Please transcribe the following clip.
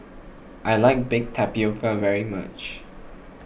I like Baked Tapioca very much